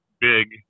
big